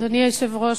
אדוני היושב-ראש,